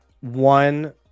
one